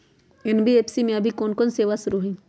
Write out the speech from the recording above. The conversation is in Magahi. एन.बी.एफ.सी में अभी कोन कोन सेवा शुरु हई?